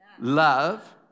Love